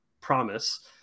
promise